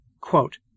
Quote